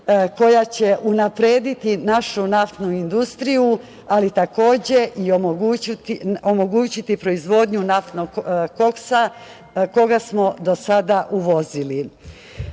koja će unaprediti našu naftnu industriju, ali takođe i omogućiti proizvodnju naftnog koksa koga smo do sada uvozili. Sve